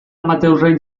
amateurrek